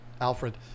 Alfred